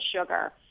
sugar